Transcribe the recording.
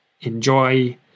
enjoy